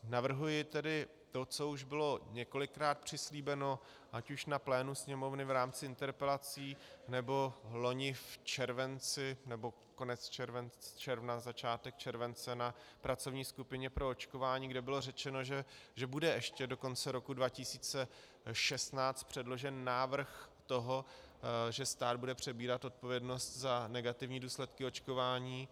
Navrhuji tedy to, co už bylo několikrát přislíbeno ať už na plénu Sněmovny v rámci interpelací, nebo loni v červenci, nebo konci června, začátkem července, na pracovní skupině pro očkování, kde bylo řečeno, že bude ještě do konce roku 2016 předložen návrh toho, že stát bude přebírat odpovědnost za negativní důsledky očkování.